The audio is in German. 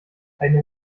eine